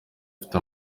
afite